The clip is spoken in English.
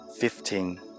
Fifteen